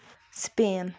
Spain